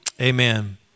Amen